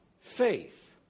Faith